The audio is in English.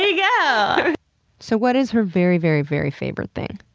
yeah so, what is her very very very favorite thing?